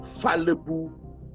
fallible